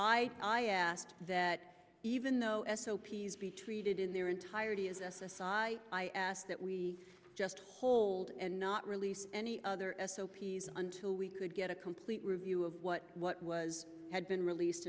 i i asked that even though s o p s be treated in their entirety as s s i i asked that we just hold and not release any other s o p s until we could get a complete review of what what was had been released